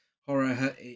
horror